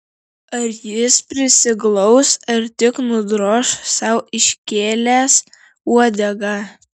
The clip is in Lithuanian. ar jis prisiglaus ar tik nudroš sau iškėlęs uodegą